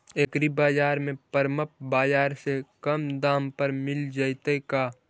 एग्रीबाजार में परमप बाजार से कम दाम पर मिल जैतै का?